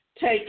take